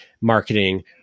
marketing